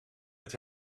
het